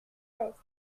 cesse